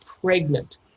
pregnant